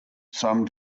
some